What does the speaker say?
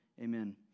Amen